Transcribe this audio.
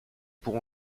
pour